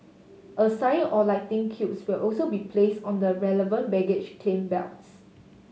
a sign or lightning cubes will also be place on the relevant baggage claim belts